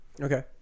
Okay